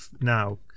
now